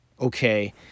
Okay